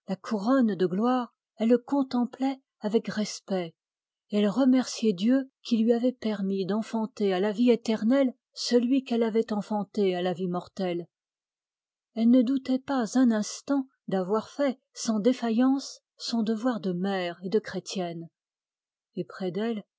la couronne de gloire elle le contemplait avec respect et elle remerciait dieu qui lui avait permis d'enfanter à la vie éternelle celui qu'elle avait enfanté à la vie mortelle elle ne doutait pas un instant d'avoir fait sans défaillance son devoir de mère et de chrétienne